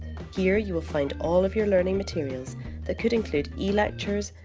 here you will find all of your learning materials that could include e-lectures,